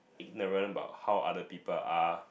ignorant about how other people are